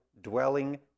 dwelling